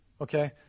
Okay